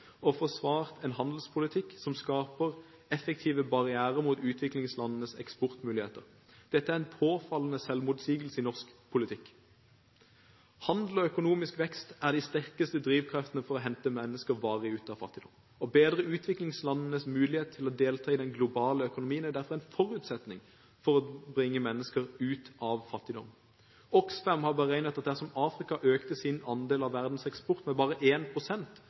og forsvart en handelspolitikk som skaper effektive barrierer mot utviklingslandenes eksportmuligheter. Dette er en påfallende selvmotsigelse i norsk politikk. Handel og økonomisk vekst er de sterkeste drivkreftene for å hente mennesker varig ut av fattigdom. Å bedre utviklingslandenes mulighet til å delta i den globale økonomien er derfor en forutsetning for å bringe mennesker ut av fattigdom. Oxfam har beregnet at dersom Afrika økte sin andel av verdens eksport med bare